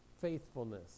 faithfulness